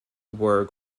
were